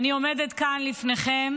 ואני עומדת כאן לפניכם